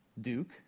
Duke